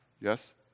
Yes